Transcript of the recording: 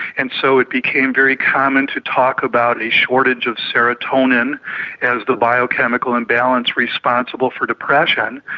and so it became very common to talk about a shortage of serotonin as the biochemical imbalance responsible for depression.